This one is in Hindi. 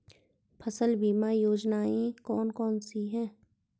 फसल बीमा योजनाएँ कौन कौनसी हैं?